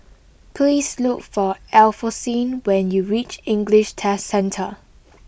please look for Alphonsine when you reach English Test Centre